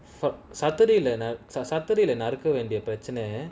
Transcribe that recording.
for saturday the other saturday the another girl and person ah